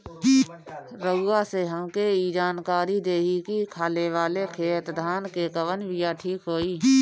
रउआ से हमके ई जानकारी देई की खाले वाले खेत धान के कवन बीया ठीक होई?